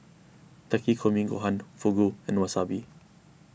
Takikomi Gohan Fugu and Wasabi